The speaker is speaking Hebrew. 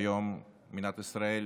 והיום מדינת ישראל